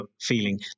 feeling